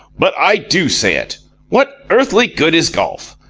but i do say it. what earthly good is golf?